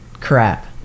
crap